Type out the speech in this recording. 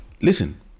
listen